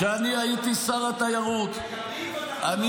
כשאני הייתי שר התיירות ----- מה זה משנה?